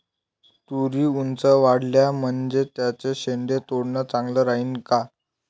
तुरी ऊंच वाढल्या म्हनजे त्याचे शेंडे तोडनं चांगलं राहीन का?